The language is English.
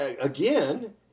again